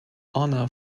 honor